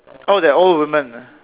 oh that old woman ah